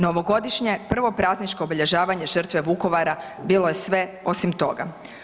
No, ovogodišnje prvo prazničko obilježavanje žrtve Vukovara bilo je sve osim toga.